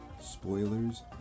Spoilers